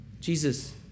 Jesus